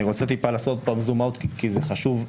רוצה לעשות זום אאוט כי זה חשוב.